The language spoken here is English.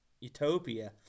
Utopia